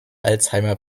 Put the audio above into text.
alzheimer